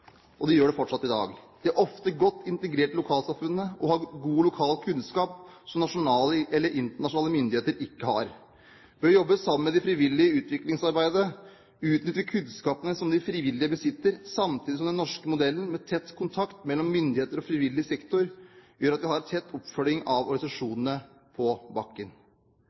og de gjør det fortsatt i dag. De er ofte godt integrert i lokalsamfunnet og har god lokal kunnskap som nasjonale og internasjonale myndigheter ikke har. Ved å jobbe sammen med de frivillige i utviklingsarbeidet utnytter vi kunnskapene som de frivillige besitter, samtidig som den norske modellen med tett kontakt mellom myndigheter og frivillig sektor gjør at vi har en tett oppfølging av organisasjonene på bakken.